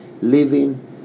living